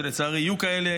שלצערי יהיו כאלה,